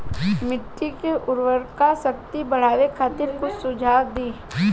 मिट्टी के उर्वरा शक्ति बढ़ावे खातिर कुछ सुझाव दी?